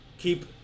keep